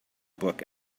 book